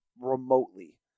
remotely